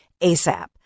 ASAP